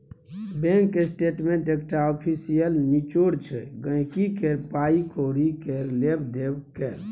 bank statement एकटा official निचोड़ छै गांहिकी केर पाइ कौड़ी केर लेब देब केर